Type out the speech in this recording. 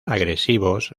agresivos